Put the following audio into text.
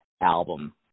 album